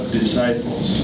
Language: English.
disciples